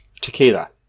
tequila